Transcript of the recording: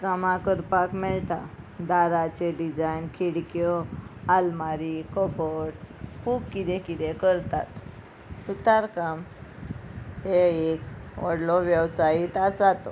कामां करपाक मेळटा दाराचे डिजायन खिडक्यो आलमारी कबट खूब कितें कितें करतात सुतारकाम हे एक व्हडलो वेवसायीत आसा तो